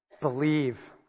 believe